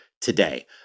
today